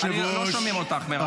לא שומעים אותך, מירב.